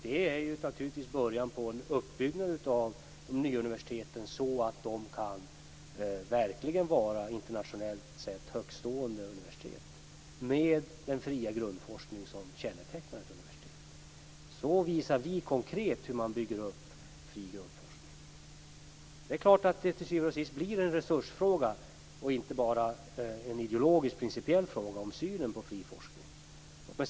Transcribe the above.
Det är naturligtvis början på en uppbyggnad av de nya universiteten så att de verkligen kan vara internationellt sett högtstående universitet, med den fria grundforskning som kännetecknar ett universitet. Så visar vi konkret hur man bygger upp fri grundforskning. Det är klart att det till syvende och sist blir en resursfråga och inte bara en ideologisk principiell fråga om synen på fri forskning.